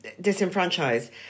disenfranchised